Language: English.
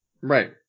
Right